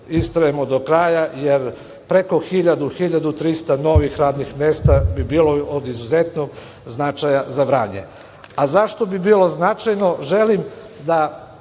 istrajemo do kraja, jer preko 1.000, 1.300 novih radnih mesta bi bilo od izuzetnog značaja za Vranje. Zašto bi bilo značajno? Želim da